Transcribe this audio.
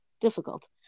difficult